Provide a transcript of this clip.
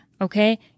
okay